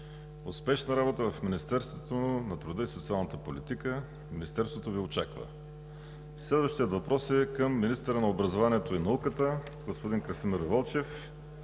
Успешна работа в Министерството на труда и социалната политика! Министерството Ви очаква. Следващият въпрос е към министъра на образованието и науката господин Красимир Вълчев.